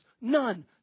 None